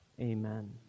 Amen